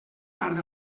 part